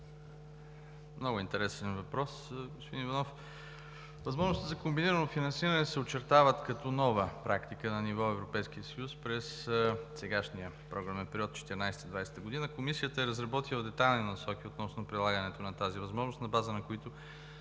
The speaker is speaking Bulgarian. Много интересен въпрос, господин Иванов. Възможностите за комбинирано финансиране се очертават като нова практика на ниво Европейски съюз през сегашния програмен период 2014 – 2020 г. Комисията е разработила детайлни насоки относно прилагането на тази възможност, на база на които